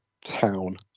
Town